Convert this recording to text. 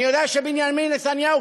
אני יודע שבנימין נתניהו,